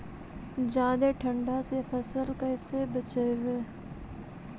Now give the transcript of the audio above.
जादे ठंडा से फसल कैसे बचइबै?